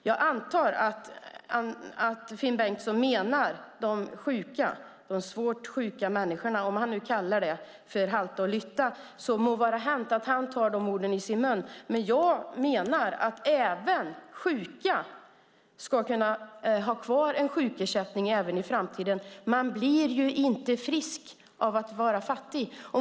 Jag antar att Finn Bengtsson menar de svårt sjuka när han tar orden halta och lytta i sin mun. Jag menar att de sjuka ska ha rätt till sjukersättning även i framtiden. Man blir inte frisk av att vara fattig.